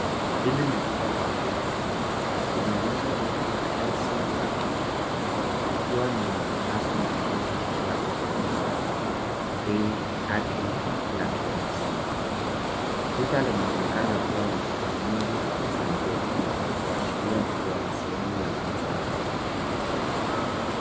Hii ni duka la nguo. Inaonyesha duka la LC Waikiki likiwa na matangazo ya mauzo ya kupunguza bei hadi la kihamsini. Duka linaonekana kuwa na bidhaa nyingi za nguo na kuashiria kuwa ni sehemu ya kuuza nguo.